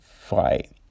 fight